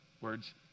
words